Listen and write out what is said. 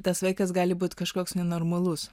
tas vaikas gali būt kažkoks nenormalus